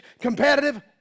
competitive